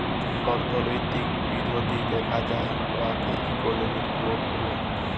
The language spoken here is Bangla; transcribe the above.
অথ্থলৈতিক বিধ্ধি দ্যাখা যায় উয়াকে ইকলমিক গ্রথ ব্যলে